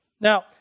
Now